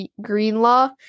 Greenlaw